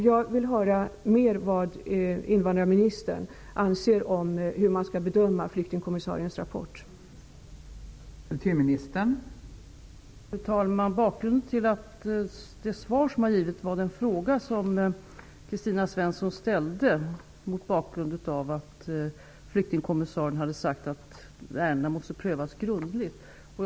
Jag vill höra mer om hur invandrarministern anser att flyktingkommissariens rapport skall bedömas.